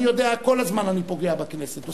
אני יודע, כל הזמן אני פוגע בכנסת.